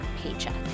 paycheck